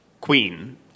Queen